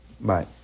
Bye